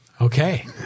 Okay